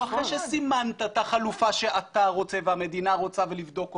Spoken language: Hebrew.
לא אחרי שסימנת את החלופה שאתה רוצה והמדינה רוצה ולבדוק אותה,